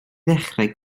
ddechrau